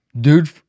Dude